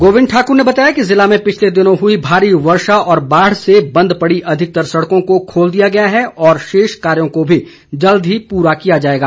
गोविंद ठाकुर ने बताया कि जिले में पिछले दिनों हुई भारी वर्षा व बाढ़ से बंद पड़ी अधिकतर सड़कों को खोल दिया गया है और शेष कार्यो को भी जल्द ही पूरा किया जाएगा